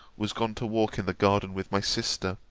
was gone to walk in the garden with my sister.